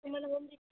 तुमाला होम